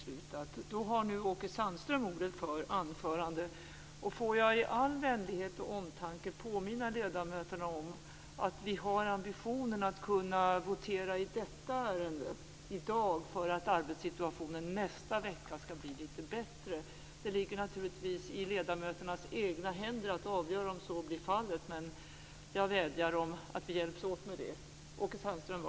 Låt mig i all vänlighet och omtanke påminna ledamöterna om att vi har ambitionen att kunna votera i detta ärende i dag för att arbetssituationen nästa vecka skall bli lite bättre. Det ligger naturligtvis i ledamöternas egna händer att avgöra om så blir fallet, men jag vädjar om att vi hjälps åt med detta.